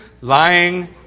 lying